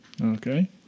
Okay